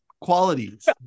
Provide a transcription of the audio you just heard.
qualities